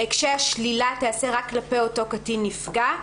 והשלילה תיעשה רק כלפי אותו קטין נפגע.